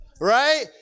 right